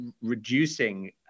reducing